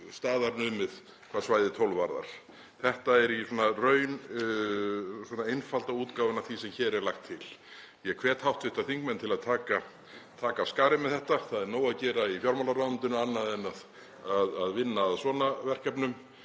staðar numið hvað svæðið 12 varðar. Þetta er í raun einfalda útgáfan af því sem hér er lagt til. Ég hvet hv. þingmenn til að taka af skarið með þetta. Það er nóg að gera í fjármálaráðuneytinu annað en að vinna að svona verkefnum.